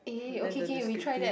to learn the descriptive